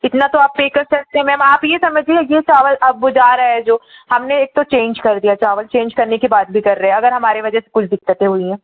इतना तो आप कर पे कर सकते हैं मैम आप यह समझिए यह चावल अब वह जा रहा है जो हमने एक तो चेंज कर दिया चावल चेंज करने की बात भी कर रहे हैं अगर हमारे वजह से कुछ दिक्कतें हुई हैं